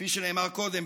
כפי שנאמר קודם,